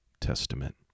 Testament